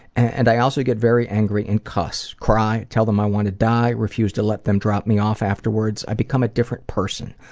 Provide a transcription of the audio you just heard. and i also get very angry and cuss, cry, tell them i want to die. refuse to let them drop me off afterwards. i become a different person.